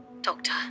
Doctor